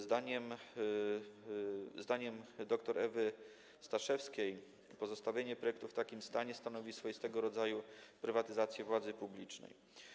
Zdaniem dr Ewy Staszewskiej pozostawienie projektu w takim stanie stanowi swoistego rodzaju prywatyzację władzy publicznej.